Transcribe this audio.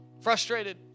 frustrated